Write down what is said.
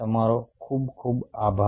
તમારો ખુબ ખુબ આભાર